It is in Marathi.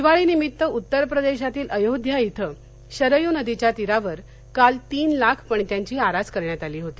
दिवाळी निमित्त उत्तर प्रदेशातील अयोध्या इथं शरयू नदीच्या तीरावर काल तीन लाख पणत्यांची आरास करण्यात आली होती